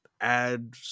Add